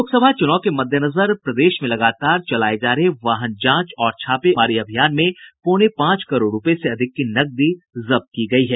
लोकसभा चुनाव के मद्देनजर प्रदेश में लगातार चलाये जा रहे वाहन जांच और छापेमारी अभियान में पौने पांच करोड़ रूपये से अधिक की नकदी जब्त की गयी है